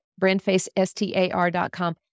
brandfacestar.com